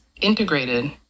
integrated